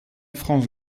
france